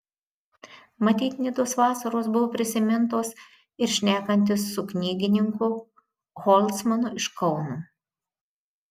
matyt nidos vasaros buvo prisimintos ir šnekantis su knygininku holcmanu iš kauno